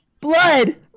Blood